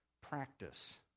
Practice